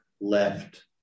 left